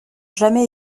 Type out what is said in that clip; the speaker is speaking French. jamais